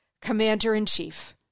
commander-in-chief